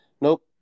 nope